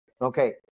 Okay